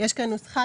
יש כאן נוסחה,